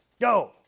Go